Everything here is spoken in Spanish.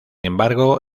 embargo